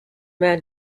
man